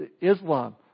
Islam